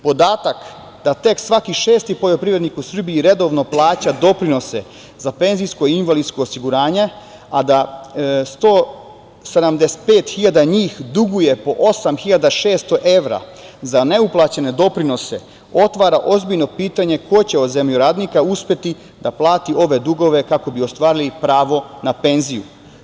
Podatak da tek svaki šesti poljoprivrednik u Srbiji redovno plaća doprinose za penzijsko i invalidsko osiguranje, a da 175 hiljada njih duguje po osam hiljada 600 evra, za neuplaćene doprinose otvara ozbiljno pitanje ko će od zemljoradnika uspeti da plati ove dugove kako bi ostvarili pravo na penziju.